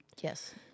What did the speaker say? Yes